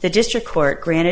the district court granted